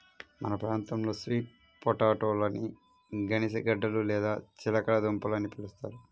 మన ప్రాంతంలో స్వీట్ పొటాటోలని గనిసగడ్డలు లేదా చిలకడ దుంపలు అని పిలుస్తారు